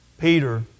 Peter